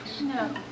No